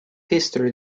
history